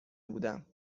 بودم